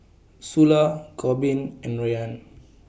Sula Korbin and Ryann